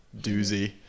doozy